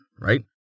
right